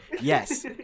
yes